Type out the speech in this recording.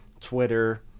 Twitter